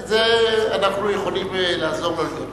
אנחנו יכולים לעזור לו להיות מוסמך.